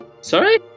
Sorry